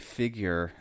figure